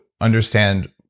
understand